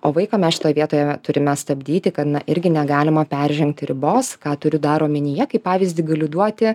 o vaiką mes šitoj vietoje turime stabdyti kad na irgi negalima peržengti ribos ką turiu dar omenyje kaip pavyzdį galiu duoti